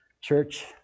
church